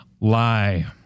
lie